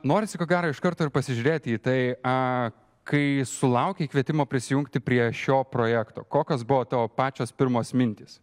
norisi ko gero iš karto ir pasižiūrėti į tai kai sulaukei kvietimo prisijungti prie šio projekto kokios buvo tavo pačios pirmos mintys